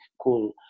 cool